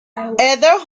heather